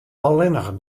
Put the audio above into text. allinnich